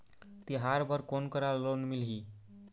तिहार बर कोन करा लोन मिलही?